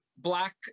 Black